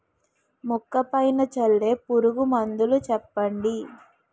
మొక్క పైన చల్లే పురుగు మందులు చెప్పండి?